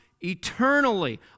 eternally